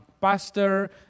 Pastor